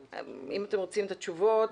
אם אתם רוצים את התשובות.